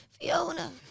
Fiona